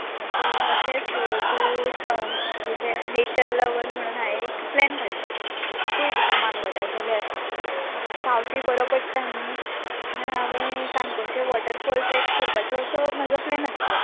ह तूं अशेंच तूं सम हेजे नेचर लवर म्हणून हांवें एक प्लॅन काडलो पळय तुका मानवता जाल्यार पावसीय बरो पडटा न्ही म्हण हांवें काणकोणचे वॉटरफॉल ट्रॅक करपाचो असो म्हाजो प्लॅन आसलो